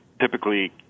typically